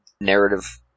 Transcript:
narrative